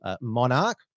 monarch